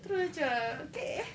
terus macam okay